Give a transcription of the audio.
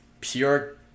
pure